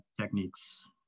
techniques